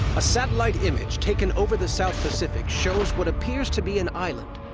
a satellite image taken over the south pacific shows what appears to be an island.